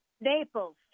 Naples